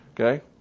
Okay